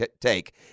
take